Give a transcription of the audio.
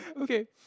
Okay